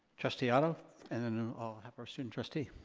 trustee otto and then i'll have our student trustee.